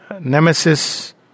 nemesis